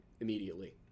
immediately